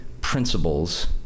principles